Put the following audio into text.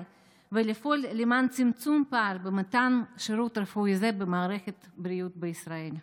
ולפעול למען צמצום הפער במתן שירות רפואי זה במערכת הבריאות בישראל.